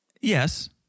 Yes